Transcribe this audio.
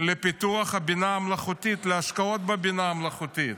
לפיתוח הבינה המלאכותית, להשקעות בבינה המלאכותית.